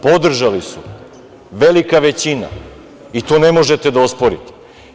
Podržali su, velika većina, i to ne možete da osporite.